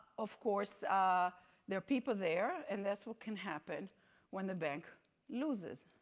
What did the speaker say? of course there are people there, and that's what can happen when the bank loses.